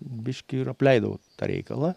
biškį ir apleidau tą reikalą